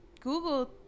google